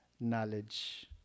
knowledge